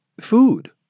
food